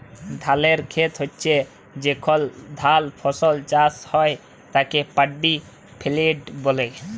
ধালের খেত হচ্যে যেখলে ধাল ফসল চাষ হ্যয় তাকে পাড্ডি ফেইল্ড ব্যলে